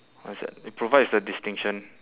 what's that it provides the distinction